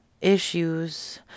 issues